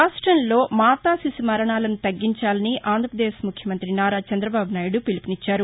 రాష్టంలో మాతాశిశు మరణాలను తగ్గించాలని ఆంధ్రప్రదేశ్ ముఖ్యమంత్రి నారా చంద్రబాబు నాయుడు పిలుపునిచ్చారు